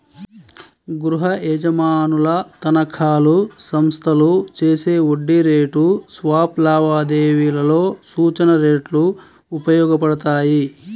గృహయజమానుల తనఖాలు, సంస్థలు చేసే వడ్డీ రేటు స్వాప్ లావాదేవీలలో సూచన రేట్లు ఉపయోగపడతాయి